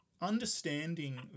understanding